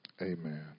amen